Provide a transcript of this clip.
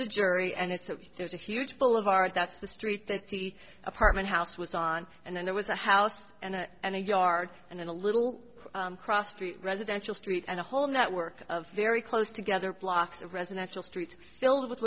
the jury and it's a there's a huge boulevard that's the street that the apartment house was on and then there was a house and a yard and in a little cross street residential street and a whole network of very close together blocks of residential streets filled with